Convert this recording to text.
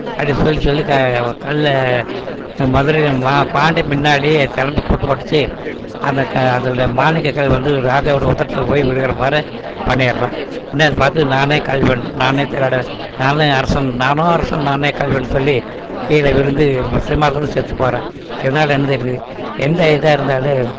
அப்படி சொல்லி சொல்லி கல்லை மதுரையில் பாண்டியன் முன்னாடியே சிலம்ப போட்டு உடச்சி அதை க அதில் மாணிக்க கல் வந்து ராஜாவோட உதட்டுல போய் விழுகிற மாதிரி பண்ணிடறான் உடனே அதைப் பார்த்து நானே கள்வன் நானே திருடன் நானே அரசன் நானோ அரசன் நானே கள்வன்னு சொல்லி கீழே விழுந்து அரசனும் செத்து போகிறான் இதனால் என்ன தெரியுது எந்த இதாக இருந்தாலும்